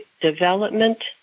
development